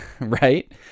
right